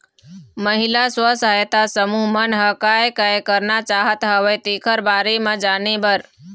महिला स्व सहायता समूह मन ह काय काय करना चाहत हवय तेखर बारे म जाने बर